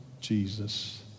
Jesus